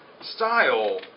style